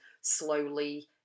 slowly